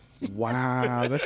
Wow